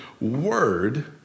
word